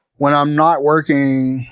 when i'm not working,